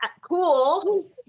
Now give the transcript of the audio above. cool